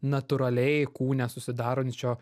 natūraliai kūne susidarančio